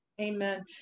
Amen